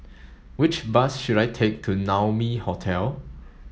which bus should I take to Naumi Hotel